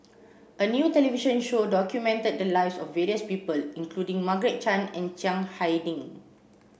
a new television show documented the lives of various people including Margaret Chan and Chiang Hai Ding